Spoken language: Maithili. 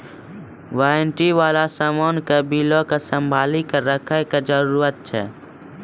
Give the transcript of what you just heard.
वारंटी बाला समान के बिलो के संभाली के रखै के जरूरत छै